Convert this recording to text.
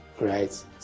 right